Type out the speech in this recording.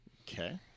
Okay